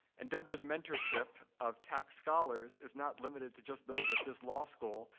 and deborah's mentorship of tax scholars is not limited to just those at this law school.